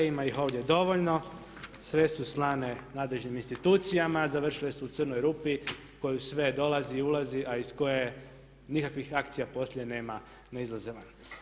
Ima ih ovdje dovoljno, sve su slane nadležnim institucijama, završile su u crnoj rupi u koju sve dolazi, ulazi a iz koje nikakvih akcija poslije nema, ne izlaze van.